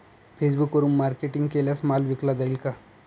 फेसबुकवरुन मार्केटिंग केल्यास माल विकला जाईल का?